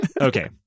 Okay